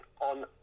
on